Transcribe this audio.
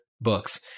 books